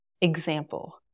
example